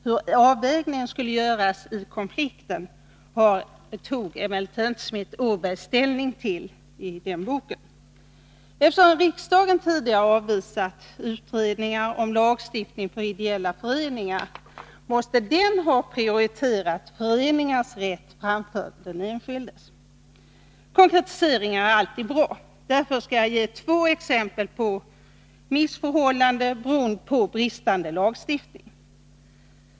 Hur avvägningen skulle göras i konflikten häremellan tog emellertid inte Schmidt-Åberg ställning till i sin bok. Eftersom riksdagen tidigare avvisat utredningar om lagstiftning för ideella föreningar måste den ha prioriterat föreningarnas rätt framför den enskildes. Konkretisering är alltid bra. Därför ger jag två exempel på missförhållanden beroende på bristande lagstiftning.